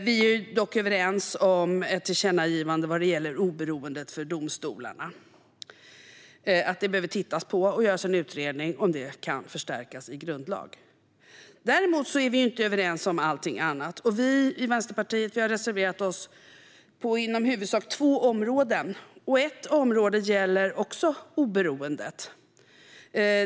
Vi är dock överens om ett tillkännagivande om att det behöver tittas på oberoendet för domstolarna och göras en utredning om det kan förstärkas i grundlag. Däremot är vi inte överens om allting annat. Vi i Vänsterpartiet har reserverat oss på i huvudsak två områden. Ett område gäller också oberoendet.